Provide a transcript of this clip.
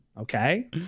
Okay